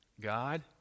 God